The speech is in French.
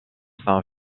san